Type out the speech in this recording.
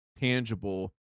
tangible